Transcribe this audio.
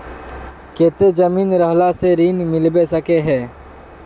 केते जमीन रहला से ऋण मिलबे सके है?